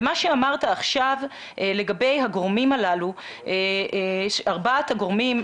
ומה שאמרת עכשיו לגבי ארבעת הגורמים,